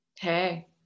Hey